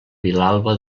vilalba